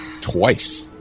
Twice